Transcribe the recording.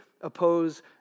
oppose